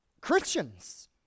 Christians